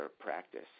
practice